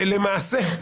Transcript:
למעשה,